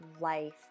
life